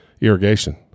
irrigation